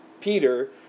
Peter